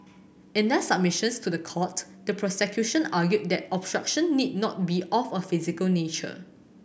in their submissions to the court the prosecution argued that obstruction need not be of a physical nature